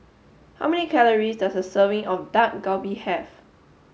how many calories does a serving of Dak Galbi have